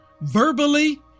verbally